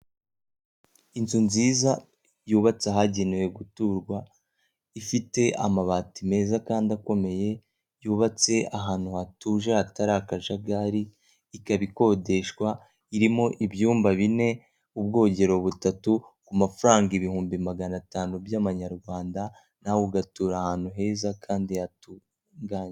Inzu nziza yubatse ahagenewe guturwa, ifite amabati meza kandi akomeye, yubatse ahantu hatuje, hatari akajagari, ikaba ikodeshwa, irimo ibyumba bine, ubwogero butatu, ku mafaranga ibihumbi magana atanu by'amanyarwanda, nawe ugatura ahantu heza kandi hatunganye.